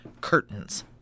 curtains